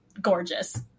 gorgeous